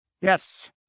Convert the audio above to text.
Yes